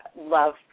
love